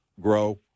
grow